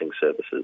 services